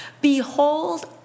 Behold